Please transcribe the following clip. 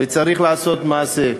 וצריך לעשות מעשה.